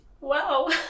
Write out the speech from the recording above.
Wow